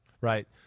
right